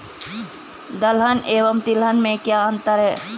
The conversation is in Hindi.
दलहन एवं तिलहन में क्या अंतर है?